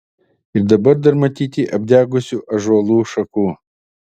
ir dabar dar matyti apdegusių ąžuolų šakų